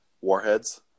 Warheads